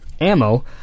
ammo